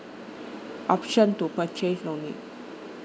option to purchase no need